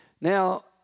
Now